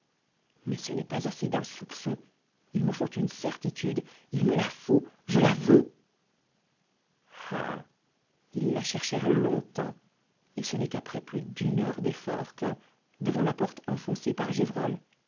mais ce n'est pas assez d'un soupçon il me faut une certitude il me la faut je la veux ah ils la cherchèrent longtemps et ce n'est qu'après plus d'une heure d'efforts que devant la porte enfoncée par